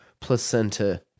placenta